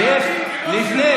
לפני,